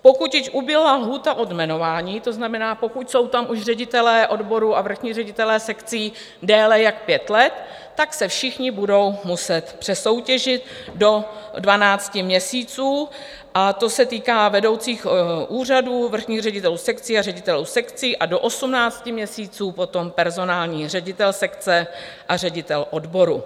Pokud již uběhla lhůta od jmenování, to znamená, pokud jsou tam už ředitelé odborů a vrchních ředitelů sekcí déle jak pět let, tak se všichni budou muset přesoutěžit do dvanácti měsíců, a to se týká vedoucích úřadů, vrchních ředitelů sekcí a ředitelů sekcí, a do osmnácti měsíců potom personální ředitel sekce a ředitel odboru.